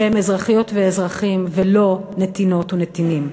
שהם אזרחיות ואזרחים ולא נתינות ונתינים.